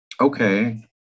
Okay